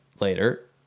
later